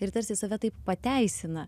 ir tarsi save taip pateisina